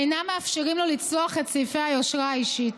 אינם מאפשרים לו לצלוח את סעיפי היושרה האישית.